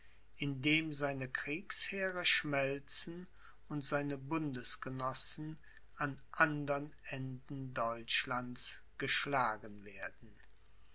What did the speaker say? seine kriegsheere schmelzen und seine bundesgenossen an andern enden deutschlands geschlagen werden